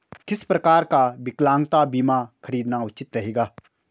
किस प्रकार का विकलांगता बीमा खरीदना उचित रहेगा?